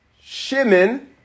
Shimon